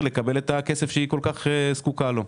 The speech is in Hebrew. לקבל את הכסף שהיא כל כך זקוקה לו.